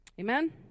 Amen